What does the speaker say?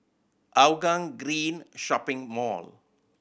Hougang Green Shopping Mall